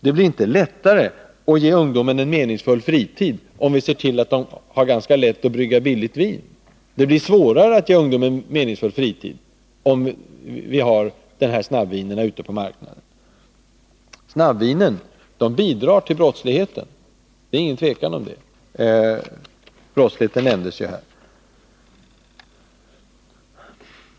Det blir ju inte enklare för oss att ge ungdomen en meningsfull fritid, om vi ser till att den ganska lätt kan brygga billigt vin. Det blir i stället svårare för oss att ge ungdomen en meningsfull fritid, om snabbvinsatserna finns ute på marknaden. Det råder nämligen inget tvivel om att snabbvinerna är en bidragande faktor när det gäller brottsligheten — denna nämndes ju tidigare.